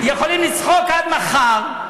יכולים לצחוק עד מחר,